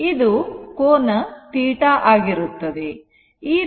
ಇದು ಕೋನ θ ಆಗಿರುತ್ತದೆ